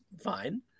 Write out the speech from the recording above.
fine